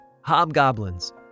hobgoblins